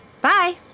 Bye